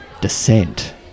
descent